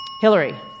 Hillary